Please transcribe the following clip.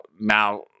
now